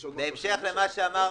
היושב ראש, בהמשך למה שאמר